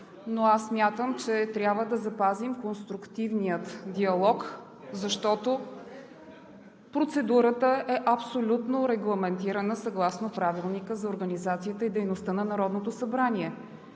но аз смятам, че трябва да запазим конструктивния диалог, защото процедурата е абсолютно регламентирана съгласно Правилника за организацията и дейността на Народното събрание.